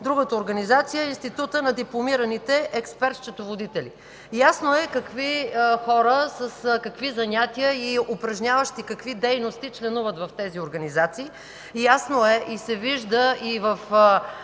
другата организация е Институтът на дипломираните експерт-счетоводители. Ясно е какви хора с какви занятия и упражняващи какви дейности членуват в тези организации. Ясно е и се вижда и в